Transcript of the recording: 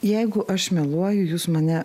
jeigu aš meluoju jūs mane